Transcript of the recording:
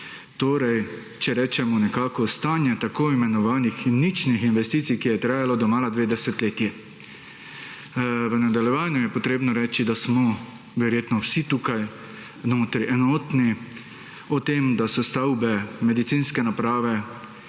torej če rečemo nekako, stanje tako imenovanih ničnih investicij, ki je trajalo domala dve desetletji. V nadaljevanju je potrebno reči, da smo verjetno vsi tukaj notri enotni o tem, da so stavbe, medicinske naprave,